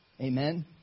Amen